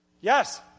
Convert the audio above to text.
Yes